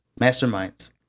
Masterminds